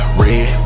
red